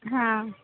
हां